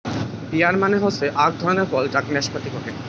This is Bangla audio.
পিয়ার মানে হসে আক ধরণের ফল যাক নাসপাতি কহে